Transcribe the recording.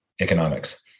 economics